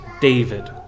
David